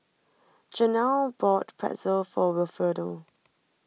Jenelle bought Pretzel for Wilfredo